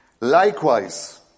likewise